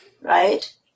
right